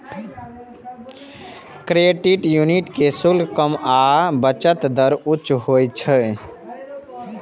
credit union के शुल्क कम आ बचत दर उच्च होइ छै